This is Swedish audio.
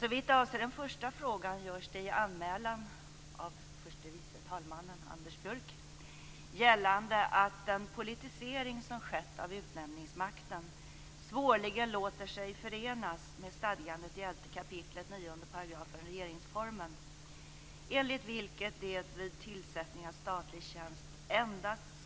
Såvitt avser den första frågan görs det i anmälan av förste vice talman Anders Björck gällande att den politisering som skett av utnämningsmakten svårligen låter sig förenas med stadgandet i 11 kap. 9 § regeringsformen, enligt vilket det vid tillsättning av statlig tjänst